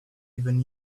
even